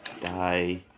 Die